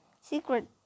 Secret